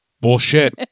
Bullshit